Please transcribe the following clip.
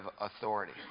authority